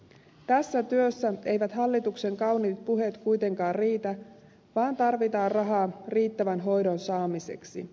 tässä työssä eivät hallituksen kauniit puheet kuitenkaan riitä vaan tarvitaan rahaa riittävän hoidon saamiseksi